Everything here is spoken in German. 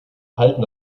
halten